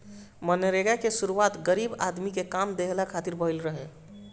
मनरेगा के शुरुआत गरीब आदमी के काम देहला खातिर भइल रहे